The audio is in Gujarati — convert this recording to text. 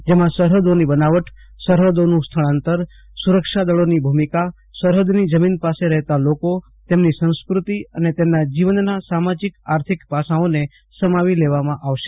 જેમાં સરહદોની બનાવટ સરહદોનું સ્થળાંતર સુરક્ષાદળોની ભૂમિકા સરહદની જમીન પાસે રહેતા લોકો તેમની સાંસ્કૃતિક અને તેમના જીવનના સામાજિક આર્થિક પાસાઓને સમાવી લેવામાં આવશે